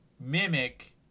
mimic